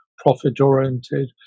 profit-oriented